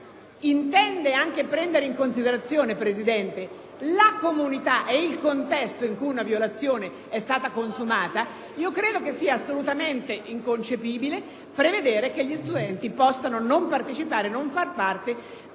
intende anche prendere in considerazione, Presidente, la comunità ed il contesto in cui una violazione è stata consumata, credo sia assolutamente inconcepibile prevedere che gli studenti possano non far parte